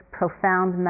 profound